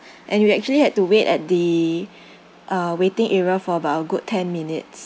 and we actually had to wait at the uh waiting area for about a good ten minutes